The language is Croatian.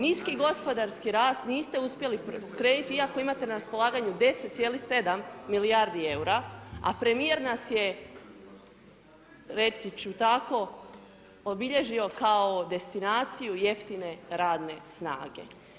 Niski gospodarski rast niste uspjeli, ... iako imate na raspolaganju 10,7 milijardi eura, a premijer nas je, reći ću tako, obilježio kao destinaciju jeftine radne snage.